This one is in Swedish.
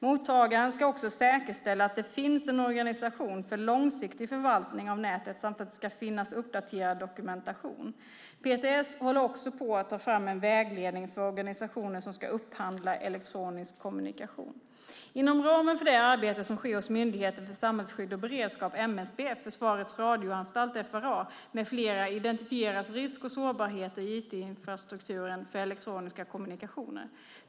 Mottagaren ska också säkerställa att det finns en organisation för långsiktig förvaltning av nätet samt att det ska finnas uppdaterad dokumentation. PTS håller också på att ta fram en vägledning för organisationer som ska upphandla elektronisk kommunikation. Inom ramen för det arbete som sker hos Myndigheten för samhällsskydd och beredskap, MSB, Försvarets Radioanstalt, FRA, med flera identifieras risk och sårbarheter i IT-infrastrukturen för elektroniska kommunikationer.